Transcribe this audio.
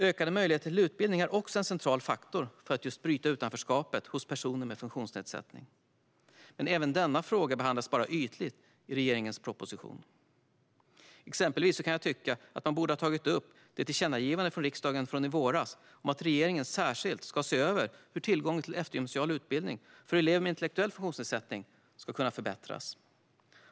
Ökade möjligheter till utbildning är också en central faktor för att bryta utanförskapet för personer med funktionsnedsättning. Även denna fråga behandlas bara ytligt i regeringens proposition. Jag kan tycka att man borde ha tagit upp riksdagens tillkännagivande från i våras om att regeringen särskilt ska se över hur tillgången till eftergymnasial utbildning för elever med intellektuell funktionsnedsättning kan förbättras.